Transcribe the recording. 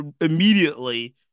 immediately